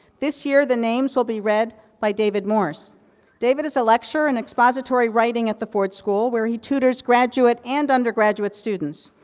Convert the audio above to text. here, the names, will be read by david morse david is a lecture and expository writing at the ford school, where he tutors graduate and undergraduate students.